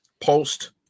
post